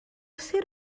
sir